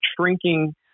shrinking